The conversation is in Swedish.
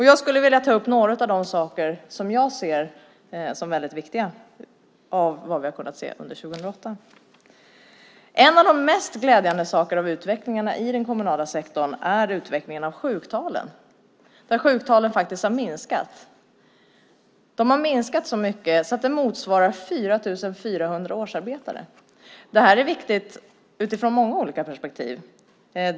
Jag skulle vilja ta upp några saker som jag anser som viktiga i det vi kunnat se under 2008. En av de mesta glädjande sakerna i den kommunala sektorn är utvecklingen av sjuktalen som minskat. De har minskat så mycket att det motsvarar 4 400 årsarbetare. Det är viktigt utifrån många olika perspektiv.